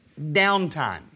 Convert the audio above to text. downtime